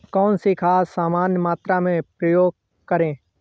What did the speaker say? कौन सी खाद समान मात्रा में प्रयोग करें?